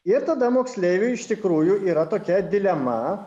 ir tada moksleiviui iš tikrųjų yra tokia dilema